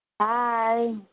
Hi